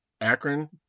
Akron